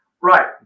Right